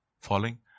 falling